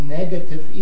negative